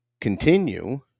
Continue